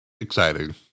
Exciting